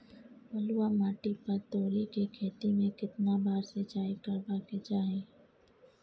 बलुआ माटी पर तोरी के खेती में केतना बार सिंचाई करबा के चाही?